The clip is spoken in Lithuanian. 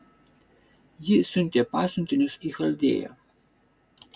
ji siuntė pasiuntinius į chaldėją